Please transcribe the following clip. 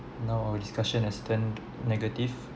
now our discussion has turned negative